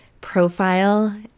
profile